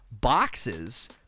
boxes